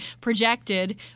projected